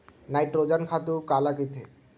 Nitrogen खातु काला कहिथे?